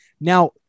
Now